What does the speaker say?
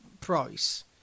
price